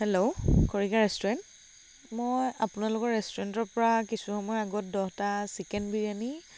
hello Khorika restaurant মই আপোনালোকৰ ৰেষ্টুৰেণ্টৰ পৰা কিছু সময়ৰ আগত দহটা চিকেন বিৰিয়ানী